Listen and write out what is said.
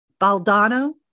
Baldano